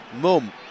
Mum